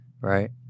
Right